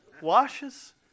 washes